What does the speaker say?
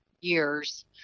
years